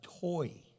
toy